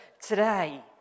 today